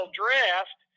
draft